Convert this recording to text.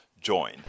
join